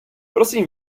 prosím